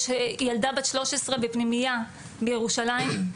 יש ילדה בת 13 בפנימייה בירושלים,